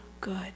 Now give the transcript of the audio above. good